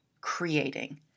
creating